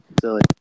Silly